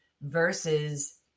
versus